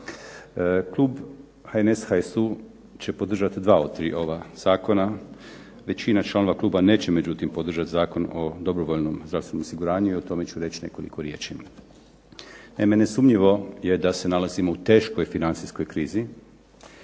Klub HNS, HSU će podržati dva od tri ova zakona. Većina članova kluba neće međutim podržati Zakon o dobrovoljnom zdravstvenom osiguranju i tome ću reći nekoliko riječi. Naime, nesumnjivo je da se nalazimo u teškoj financijskoj krizi